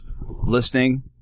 listening